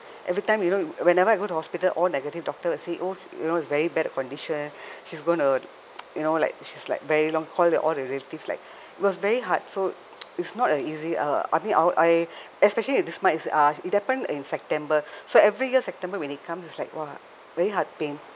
everytime you know whenever I go to hospital all negative doctor will say oh you know it's very bad the condition she's going to you know like she's like very long call all your relative like it was very hard so it's not a easy uh I mean uh I especially this uh as it happened in september so every year september when it comes it's like !wah! very heart pain